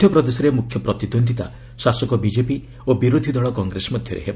ମଧ୍ୟପ୍ରଦେଶରେ ମୁଖ୍ୟ ପ୍ରତିଦ୍ୱନ୍ଦ୍ୱିତା ଶାସକ ବିକେପି ଓ ବିରୋଧି ଦଳ କଂଗ୍ରେସ ମଧ୍ୟରେ ହେବ